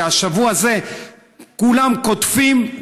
השבוע הזה כולם קוטפים,